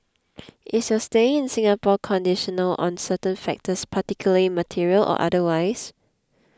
is your staying in Singapore conditional on certain factors particularly material or otherwise